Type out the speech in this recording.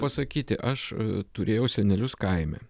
pasakyti aš turėjau senelius kaime